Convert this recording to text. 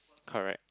correct